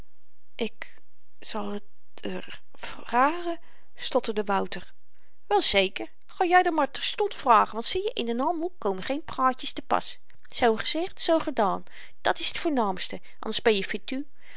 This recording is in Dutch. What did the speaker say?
ik zal t r vragen stotterde wouter wel zeker ga jy r dat maar terstond vragen want zieje in den handel komen geen praatjes te pas z gezegd z gedaan dat's t voornaamste anders ben je